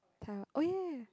oh ya ya ya